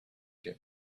get